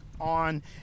on